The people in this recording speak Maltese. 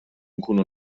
nkunu